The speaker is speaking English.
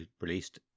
released